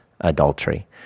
adultery